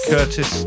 Curtis